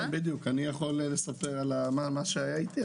אני יכול לספר מה היה איתי.